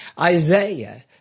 isaiah